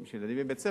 אם יש ילדים בבית-ספר,